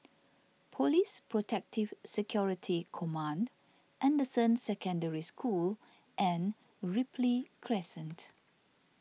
Police Protective Security Command Anderson Secondary School and Ripley Crescent